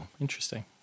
Interesting